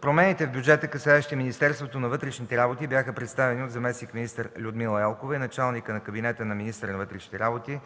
Промените в бюджета, касаещи Министерството на вътрешните работи, бяха представени от зам.-министър Людмила Елкова и началника на кабинета на министъра на вътрешните работи